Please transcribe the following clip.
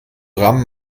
rammen